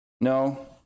No